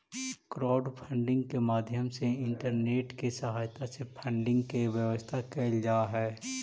crowdfunding के माध्यम से इंटरनेट के सहायता से फंडिंग के व्यवस्था कैल जा हई